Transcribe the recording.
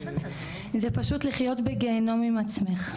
זה פשוט לחיות בגיהינום עם עצמך,